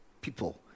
people